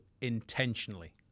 intentionally